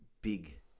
big